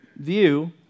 view